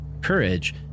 courage